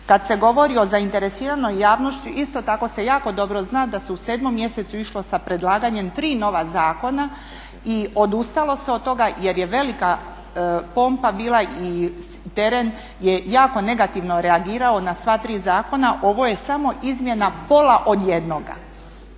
Kada se govori o zainteresiranoj javnosti isto tako se jako dobro da se u 7.mjesecu išlo sa predlaganjem tri nova zakona i odustalo se od toga jer je velika pompa bila i teren je jako negativno reagirao na sva tri zakona. Ovo je samo izmjena pola od jednoga.